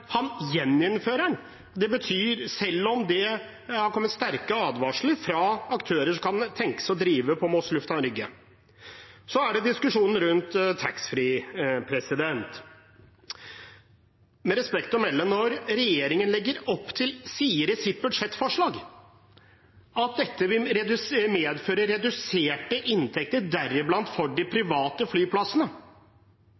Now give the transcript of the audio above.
han gjeninnfører den, selv om det har kommet sterke advarsler fra aktører som kan tenke seg å drive på Moss lufthavn Rygge. Så er det diskusjonen rundt taxfree. Med respekt å melde: Når regjeringen legger opp til og sier i sitt budsjettforslag at dette vil medføre reduserte inntekter, deriblant for de